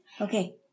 Okay